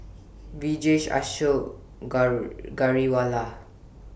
Vijesh Ashok Ghariwala